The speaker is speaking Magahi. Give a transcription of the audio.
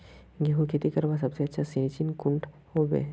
गेहूँर खेती करवार सबसे अच्छा सिजिन कुंडा होबे?